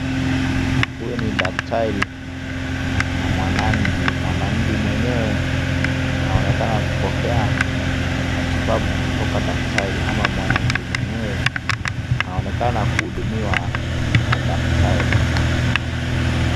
Huyu ni daktari na mwananchi. Mwananchi mwenyewe anaonekana kupokea matibabu kutoka daktari ama mwananchi mwenyewe anaonekana kuhudumiwa na daktari.